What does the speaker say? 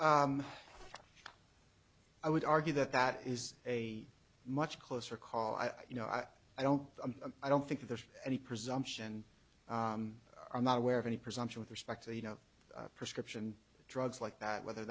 they i would argue that that is a much closer call i you know i i don't i don't think there's any presumption i'm not aware of any presumption with respect to you know prescription drugs like that whether